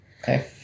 Okay